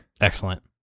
Excellent